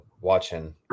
Watching